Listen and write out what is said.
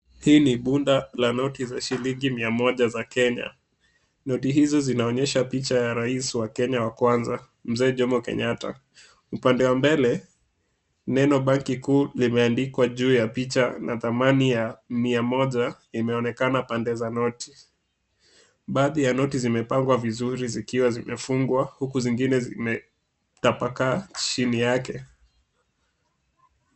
Hii ni bunda la noti za shillingi mia moja za Kenya, noti hizi zinaonyesha picha ya rais wa Kenya wa kwanza, Mzee Jomo Kenyatta, upande wa mbele neno benki kuu limeandikwa juu ya picha na thamani ya mia moja imeonekana pande za noti, baadhi ya noti zimepangwa vizuri zikiwa zimefungwa huku zingine zimetapakaa chini yake.